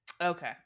Okay